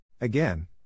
Again